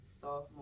sophomore